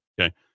Okay